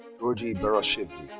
giorgi beruashvili.